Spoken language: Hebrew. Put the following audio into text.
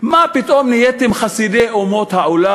מה פתאום נהייתם חסידי אומות העולם?